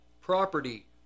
property